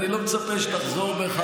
יש עובדות, אני לא מצפה שתחזור בך.